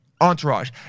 entourage